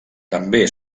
també